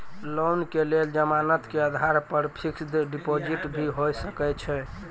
Loan के लेल जमानत के आधार पर फिक्स्ड डिपोजिट भी होय सके छै?